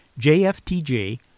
JFTJ